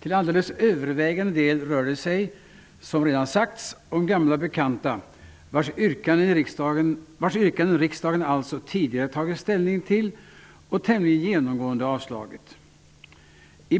Till alldeles övervägande delen rör det sig, som redan sagts, om gamla bekanta. Riksdagen har alltså tidigare tagit ställning till dessa yrkanden och tämligen genomgående avslagit dem.